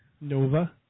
Nova